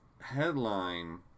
headline